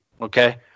Okay